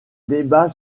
débats